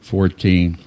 Fourteen